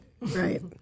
Right